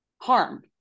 harm